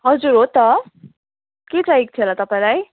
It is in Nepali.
हजुर हो त के चाहिएको थियो होला तपाईँलाई